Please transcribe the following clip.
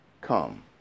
come